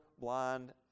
blind